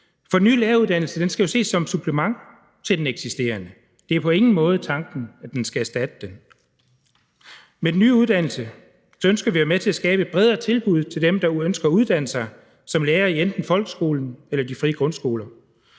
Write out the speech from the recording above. For den nye læreruddannelse skal jo ses som et supplement til den eksisterende. Det er på ingen måde tanken, at den skal erstatte den. Med den nye uddannelse ønsker vi at være med til at skabe et bredere tilbud til dem, der ønsker at uddanne sig som lærer i enten folkeskolen eller de frie grundskoler.